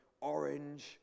orange